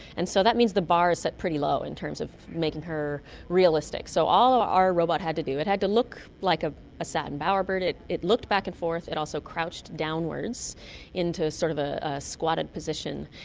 and so that means the bar is set pretty low in terms of making her realistic. so all our robot had to do, it had to look like ah a satin bowerbird, it it looked back and forth, it also crouched downwards into a sort of a squatted position,